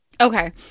Okay